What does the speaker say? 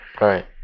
right